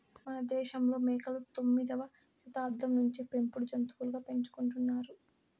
మనదేశంలో మేకలు తొమ్మిదవ శతాబ్దం నుంచే పెంపుడు జంతులుగా పెంచుకుంటున్నారు